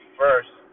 first